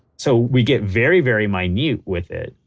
so, we get very, very minute with it.